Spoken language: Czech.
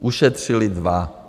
Ušetřili dva.